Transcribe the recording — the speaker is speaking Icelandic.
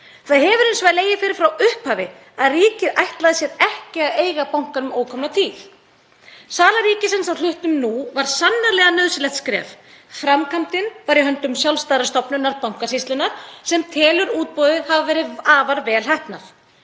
Það hefur hins vegar legið fyrir frá upphafi að ríkið ætlaði sér ekki að eiga bankann um ókomna tíð. Sala ríkisins á hlutnum nú var sannarlega nauðsynlegt skref. Framkvæmdin var í höndum sjálfstæðrar stofnunar, Bankasýslunnar, sem telur að útboðið hafi verið afar vel heppnað.